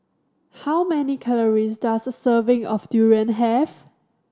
how many calories does a serving of durian have